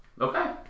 okay